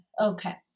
okay